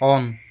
on